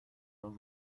los